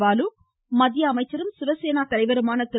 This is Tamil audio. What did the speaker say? பாலு மத்திய அமைச்சரும் சிவசேனா தலைவருமான திரு